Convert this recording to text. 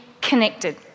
connected